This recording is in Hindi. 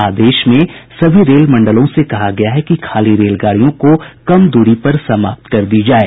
आदेश में सभी मण्डलों से कहा गया है कि खाली रेलगाड़ियों को कम दूरी पर समाप्त कर दी जाएं